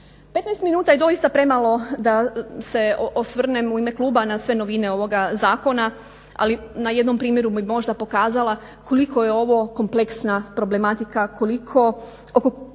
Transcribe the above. minuta je doista premalo da se osvrnem u ime kluba na sve novine ovoga zakona, ali na jednom primjeru bih možda pokazala koliko je ovo kompleksna problematika, oko